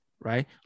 right